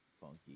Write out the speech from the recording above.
funky